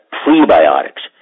prebiotics